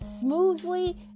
smoothly